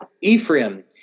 Ephraim